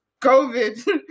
COVID